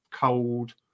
cold